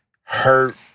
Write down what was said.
hurt